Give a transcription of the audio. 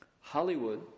Hollywood